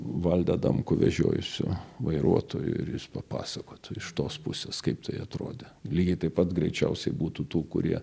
valdą adamkų vežiojusiu vairuotoju ir jis papasakotų iš tos pusės kaip tai atrodė lygiai taip pat greičiausiai būtų tų kurie